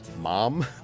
Mom